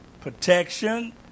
protection